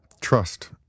Trust